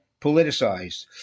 politicized